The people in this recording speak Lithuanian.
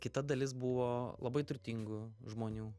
kita dalis buvo labai turtingų žmonių